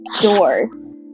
doors